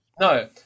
no